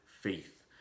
faith